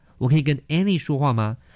我可以跟Annie说话吗